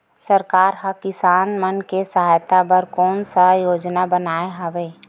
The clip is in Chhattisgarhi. सरकार हा किसान मन के सहायता बर कोन सा योजना बनाए हवाये?